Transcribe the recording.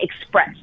express